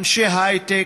אנשי הייטק,